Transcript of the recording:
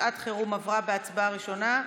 בוועדת הקורונה.